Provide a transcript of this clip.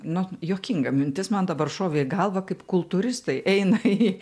na juokinga mintis man dabar šovė į galvą kaip kultūristai eina į